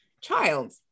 child